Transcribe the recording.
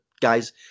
Guys